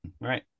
Right